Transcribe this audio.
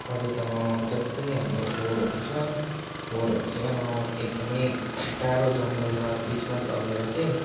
अरू त जति पनि हामीले फोहोरहरू छ फोहोरहरू चाहिँ एकदमै टाढो जङ्गलमा बिचमा लगेर चाहिँ